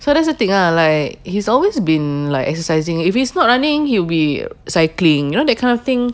so that's the thing ah like he's always been like exercising if he's not running he'll be cycling you know that kind of thing